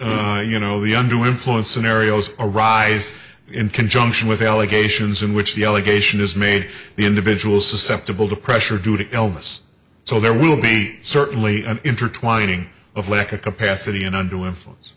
typically you know the under the influence scenarios arise in conjunction with the allegations in which the allegation is made the individual susceptible to pressure due to illness so there will be certainly an intertwining of lack of capacity and under the influence